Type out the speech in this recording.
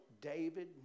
David